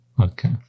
Okay